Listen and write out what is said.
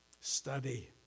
study